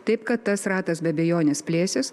taip kad tas ratas be abejonės plėsis